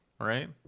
Right